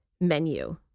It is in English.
menu